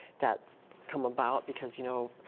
that come about, because you know,